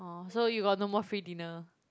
orh so you got no more free dinner